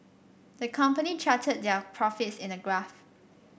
the company charted their profits in a graph